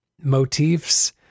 motifs